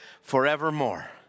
forevermore